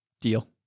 deal